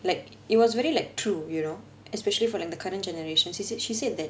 like it was very like true you know especially for like the current generation she said she said that